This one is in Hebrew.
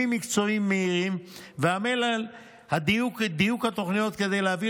מקצועיים מהירים ועמל על דיוק התוכניות כדי להביא